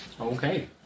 Okay